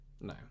No